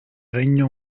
regno